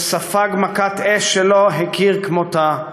שספג מכת אש שלא הכיר כמותה,